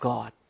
God